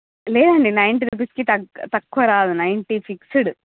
లేదండీ ninety rupees కి తక్కు తక్కువరాదు నైన్టీ ఫిక్స్డ్